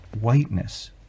whiteness